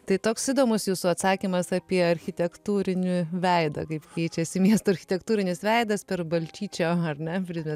tai toks įdomus jūsų atsakymas apie architektūrinį veidą kaip keičiasi miesto architektūrinis veidas per balčyčio ar ne prizmę